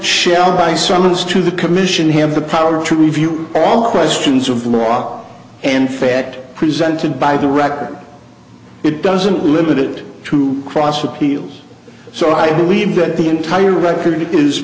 shell by summons to the commission have the power to review all questions of law and fact presented by the record it doesn't limit it to cross appeals so i believe that the entire record is